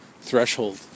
threshold